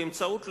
באמצעות לוחות,